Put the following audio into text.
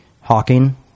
Hawking